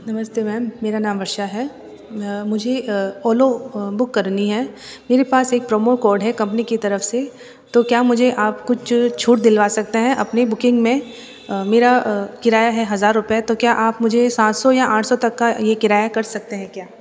नमस्ते मैम मेरा नाम वर्षा है मुझे ओलो बुक करनी है मेरे पास एक प्रोमो कोड है कंपनी की तरफ़ से तो क्या मुझे आप कुछ छूट दिलवा सकते हैं अपनी बुकिंग में मेरा किराया है हज़ार रुपए तो क्या आप मुझे सात सौ या आठ सौ तक का ये किराया कर सकते हैं क्या